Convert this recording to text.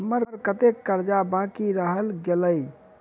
हम्मर कत्तेक कर्जा बाकी रहल गेलइ?